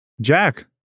Jack